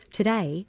Today